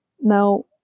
Now